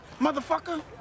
motherfucker